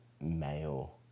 male